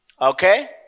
Okay